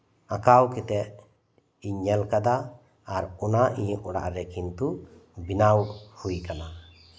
ᱟᱸᱠᱟᱣ ᱠᱟᱛᱮᱜ ᱤᱧ ᱧᱮᱞ ᱠᱟᱫᱟ ᱟᱨ ᱚᱱᱟ ᱤᱧ ᱚᱲᱟᱜ ᱨᱮ ᱠᱤᱱᱛᱩ ᱵᱮᱱᱟᱣ ᱦᱩᱭ ᱠᱟᱱᱟ